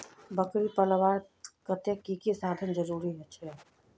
बकरी पलवार केते की की साधन जरूरी छे?